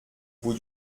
bout